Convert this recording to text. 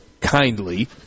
kindly